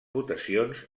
votacions